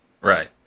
Right